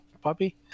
puppy